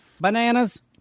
bananas